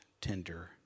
tender